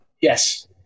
Yes